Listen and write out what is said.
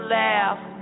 laugh